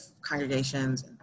congregations